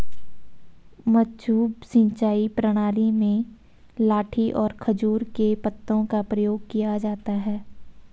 मद्दू सिंचाई प्रणाली में लाठी और खजूर के पत्तों का प्रयोग किया जाता है